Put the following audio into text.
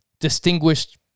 distinguished